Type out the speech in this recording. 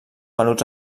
venuts